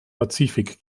pazifik